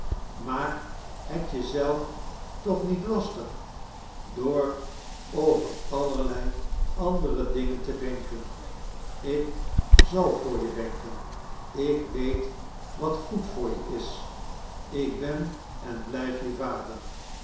maak het je zelf toch niet lastig door over allerlei andere dingen te denken ik zal voor je denken ik weet wat goed voor je is ik ben en blijf je vader